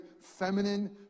feminine